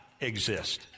exist